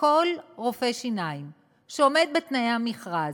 כל רופא שיניים שעומד בתנאי המכרז,